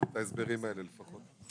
ההסברים האלה לפחות.